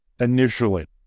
initially